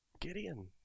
Gideon